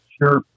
Sure